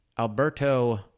Alberto